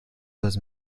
was